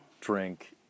drink